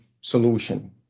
solution